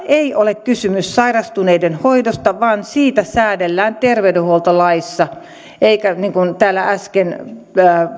ei ole kysymys sairastuneiden hoidosta vaan siitä säädellään terveydenhuoltolaissa eikä niin kuin täällä äsken